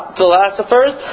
philosophers